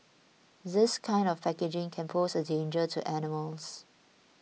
this kind of packaging can pose a danger to animals